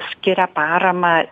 skiria paramą